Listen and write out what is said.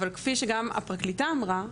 אבל כפי שגם הפרקליטה אמרה,